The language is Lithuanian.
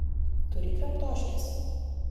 turi kramtoškės